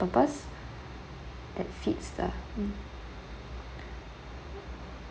purpose that fits the mm